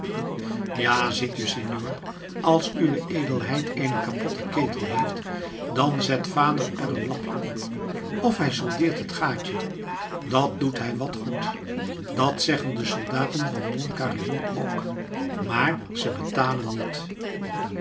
ja ziet u senor als uwe edelheid eenen kapotten ketel heeft dan zet vader er een lapje op of hij soldeert het gaatje dat doet hij wàt goed dat zeggen de soldaten van don carion ook maar ze betalen niet